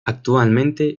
actualmente